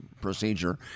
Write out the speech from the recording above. procedure